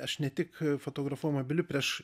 aš ne tik fotografuoju mobiliu prieš